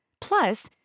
Plus